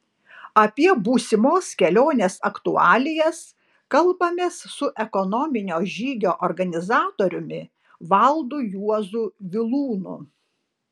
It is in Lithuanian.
apie būsimos kelionės aktualijas kalbamės su ekonominio žygio organizatoriumi valdu juozu vilūnu